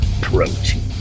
protein